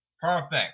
Perfect